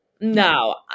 no